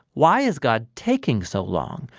why is god taking so long?